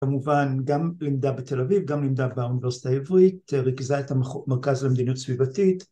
‫כמובן, גם לימדה בתל אביב, ‫גם לימדה באוניברסיטה העברית, ‫רכזה את המרכז למדיניות סביבתית.